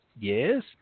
Yes